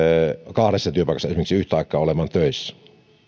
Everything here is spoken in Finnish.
kahdessa työpaikassa esimerkiksi yhtä aikaa olemaan töissä